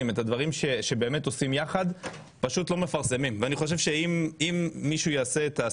אנחנו לא מבצעים בקרה נאותה על הרשות המבצעת.